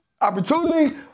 Opportunity